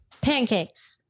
Pancakes